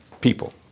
people